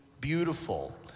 beautiful